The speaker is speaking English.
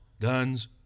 guns